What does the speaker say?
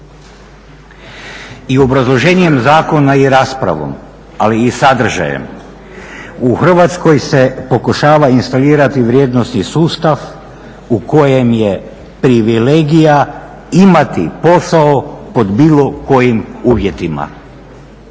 u obrazloženju Zakona i raspravom ali i sadržajem u Hrvatskoj se pokušava instalirati vrijednosni sustav u kojem je privilegija imati posao pod bilo kojim uvjetima.